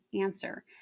answer